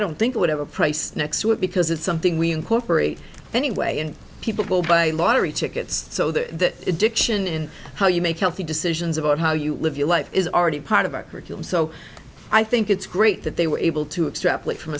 don't think it would have a price next to it because it's something we incorporate anyway and people will buy lottery tickets so that addiction and how you make healthy decisions about how you live your life is already part of our curriculum so i think it's great that they were able to extrapolate from